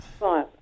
Right